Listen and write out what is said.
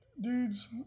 dudes